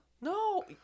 No